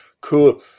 cool